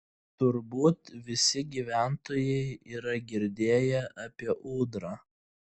turbūt visi gyventojai yra girdėję apie ūdrą